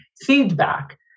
Feedback